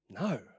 No